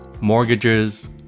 mortgages